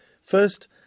First